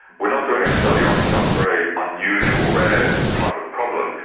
we're not doing a study on some very unusual rare type of problem.